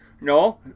no